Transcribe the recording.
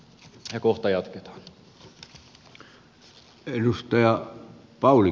ja kohta jatketaan